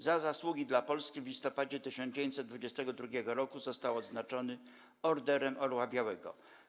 Za zasługi dla Polski w listopadzie 1922 r. został odznaczony Orderem Orła Białego.